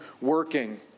working